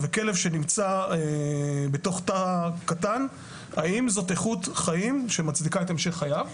וכלב שנמצא בתוך תא קטן - האם זאת איכות חיים שמצדיקה את המשך חייו.